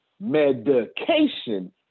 Medication